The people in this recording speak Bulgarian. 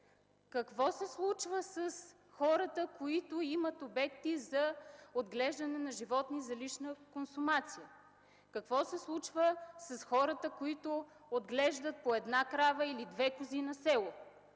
Какво се случва с хората, които имат обекти за отглеждане на животни за лична консумация? Какво се случва с хората, които отглеждат по една крава или две кози на село?